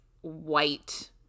white